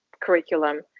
curriculum